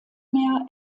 mehr